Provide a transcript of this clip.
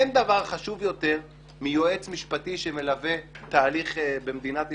אין דבר חשוב יותר מיועץ משפטי שמלווה תהליך במדינת ישראל,